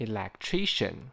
Electrician